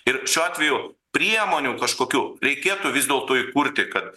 ir šiuo atveju priemonių kažkokių reikėtų vis dėlto įkurti kad